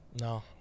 No